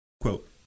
Quote